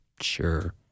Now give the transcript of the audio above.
Sure